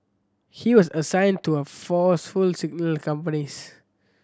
he was assigned to a Force Signals companies